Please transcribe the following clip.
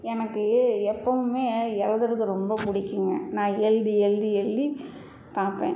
எனக்கு எப்பவும் எழுதுறது ரொம்ப பிடிக்குங்க நான் எழுதி எழுதி எழுதி பார்ப்பேன்